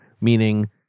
meaning